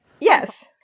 Yes